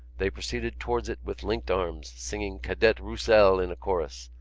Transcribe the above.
they proceeded towards it with linked arms, singing cadet roussel in chorus,